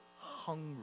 hungry